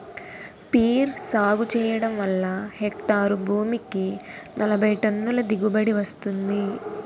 peer సాగు చెయ్యడం వల్ల హెక్టారు భూమికి నలబైటన్నుల దిగుబడీ వస్తుంది